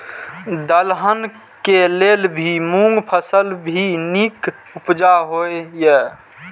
दलहन के लेल भी मूँग फसल भी नीक उपजाऊ होय ईय?